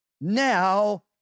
now